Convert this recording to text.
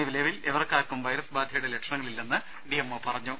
നിലവിൽ ഇവർക്കാർക്കും വൈറസ് ബാധയുടെ ലക്ഷണങ്ങളില്ലെന്ന് ഡി എം ഒ പറഞ്ഞു